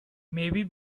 maybe